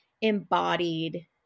embodied